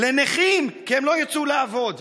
לנכים, כי הם לא יצאו לעבוד.